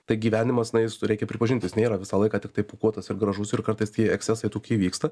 tai gyvenimas na jis reikia pripažint jis nėra visą laiką tiktai pūkuotas ir gražus ir kartais tie ekscesai tokie vyksta